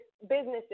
businesses